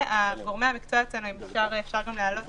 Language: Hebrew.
וגורמי המקצוע שלנו חושבים אפשר גם להעלות